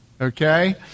Okay